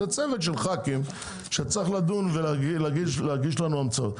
זה צוות של ח"כים שצריך לדון ולהגיש לנו המלצות.